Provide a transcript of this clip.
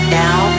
now